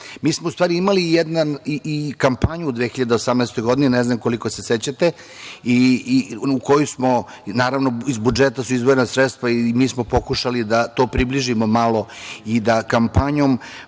23.Mi smo u stvari imali i kampanju u 2018. godini, ne znam koliko se sećate, i koju smo, naravno iz budžeta su izdvojena sredstva, i mi smo pokušali da to približimo malo i da kampanjom